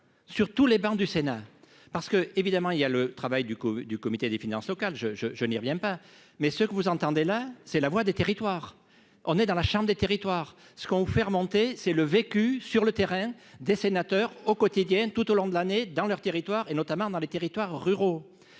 sur tous les bancs du Sénat parce que évidemment il y a le travail du coup du comité des finances locales, je, je, je n'y reviens pas mais ce que vous entendez là c'est la voix des territoires, on est dans la chambre des territoires, ce qu'on fait remonter, c'est le vécu sur le terrain des sénateurs au quotidien tout au long de l'année dans leur territoire, et notamment dans les territoires ruraux